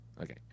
okay